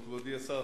מכובדי השר,